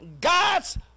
God's